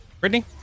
Brittany